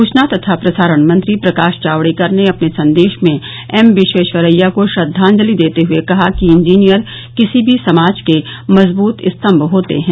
सूचना तथा प्रसारण मंत्री प्रकाश जावड़ेकर ने अपने संदेश में एम विश्वेश्वरैया को श्रद्वांजलि देते हुए कहा कि इंजीनियर किसी भी समाज के मजबूत स्तम्भ होते हैं